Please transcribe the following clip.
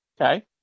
okay